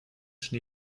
schnee